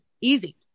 easy